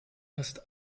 fast